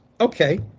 Okay